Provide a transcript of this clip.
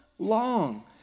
long